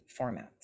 formats